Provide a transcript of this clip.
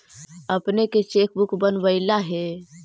अपने के cheque book बनवइला हे